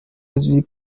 azi